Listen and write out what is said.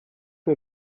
mir